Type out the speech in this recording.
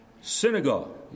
synagogue